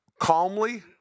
calmly